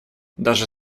даже